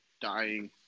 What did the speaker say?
dying